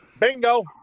Bingo